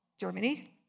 Germany